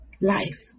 life